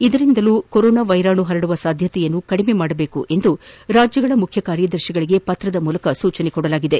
ಇದರಿಂದಲೂ corona ವೈರಾಣು ಹರಡುವ ಸಾಧ್ಯತೆಯನ್ನು ಕಡಿಮೆ ಮಾಡಬೇಕು ಎಂದು ರಾಜ್ಜಗಳ ಮುಖ್ಯ ಕಾರ್ಯದರ್ತಿಗಳಿಗೆ ಪತ್ರದ ಮೂಲಕ ಸೂಚಿಸಲಾಗಿದೆ